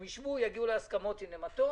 הם ישבו, יגיעו להסכמות, הינה, מה טוב.